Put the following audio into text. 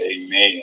Amen